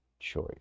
choice